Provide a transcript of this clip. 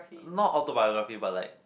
not autobiography but like